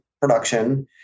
production